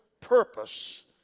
purpose